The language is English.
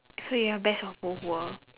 so you have best of both world